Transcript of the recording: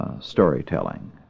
storytelling